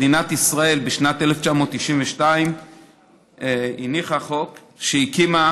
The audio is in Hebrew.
מדינת ישראל בשנת 1992 הניחה חוק שהיא הקימה